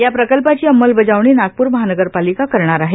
या प्रकर्पाची अंमलबजावणी नागपूर महानगरपालिका करणार आहे